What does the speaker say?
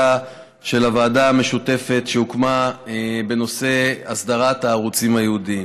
של הוועדה המשותפת שהוקמה בנושא אסדרת הערוצים הייעודיים.